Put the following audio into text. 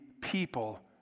people